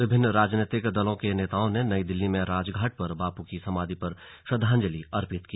विभिन्न राजनीतिक दलों के नेताओं ने नई दिल्ली में राजघाट पर बापू की समाधि पर श्रद्वांजलि अर्पित की